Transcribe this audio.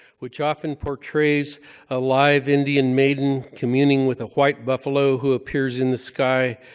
which often portrays a live indian maiden communing with a white buffalo who appears in the sky,